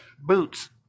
boots